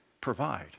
provide